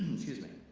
excuse me.